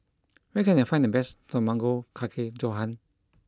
where can I find the best Tamago Kake Gohan